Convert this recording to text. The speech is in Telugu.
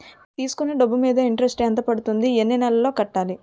తీసుకున్న డబ్బు మీద ఇంట్రెస్ట్ ఎంత పడుతుంది? ఎన్ని నెలలో కట్టాలి?